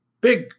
big